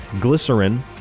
Glycerin